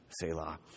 Selah